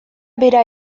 bera